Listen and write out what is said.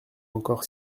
encore